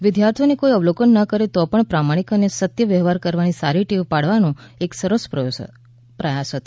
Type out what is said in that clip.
વિદ્યાર્થીઓને કોઇ અવલોકન ન કરે તો પણ પ્રમાણિક અને સત્ય વ્યવહાર કરવાની સારી ટેવ પાડવાનો એક સરસ પ્રયાસ હતો